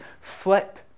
flip